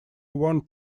want